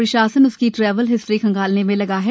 प्रशासन उसकी travel history खंगोलने में लगा है